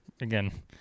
again